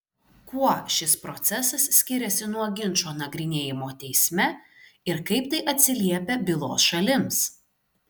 kuo šis procesas skiriasi nuo ginčo nagrinėjimo teisme ir kaip tai atsiliepia bylos šalims